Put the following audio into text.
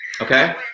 okay